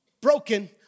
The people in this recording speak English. broken